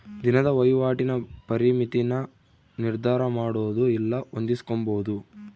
ದಿನದ ವಹಿವಾಟಿನ ಪರಿಮಿತಿನ ನಿರ್ಧರಮಾಡೊದು ಇಲ್ಲ ಹೊಂದಿಸ್ಕೊಂಬದು